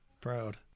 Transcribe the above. Proud